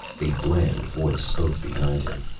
a bland voice spoke behind him.